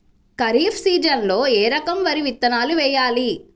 ఖరీఫ్ సీజన్లో ఏ రకం వరి విత్తనాలు వేయాలి?